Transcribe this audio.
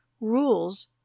rules